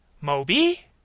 Moby